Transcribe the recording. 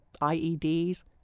IEDs